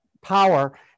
Power